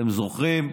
אתם זוכרים?